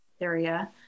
area